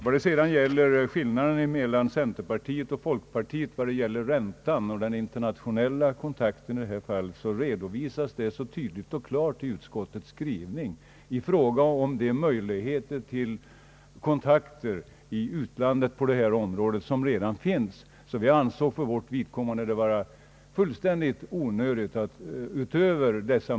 Vad sedan gäller räntan och internationella kontakter i det avseendet framgår det klart och tydligt av utskottets skrivning vilka möjligheter till kontakter med utlandet som redan finns, och för vårt vidkommande ansåg vi det onödigt att gå längre.